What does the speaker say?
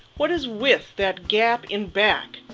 what is with that gap in back